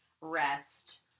rest